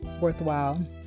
worthwhile